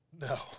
No